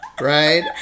Right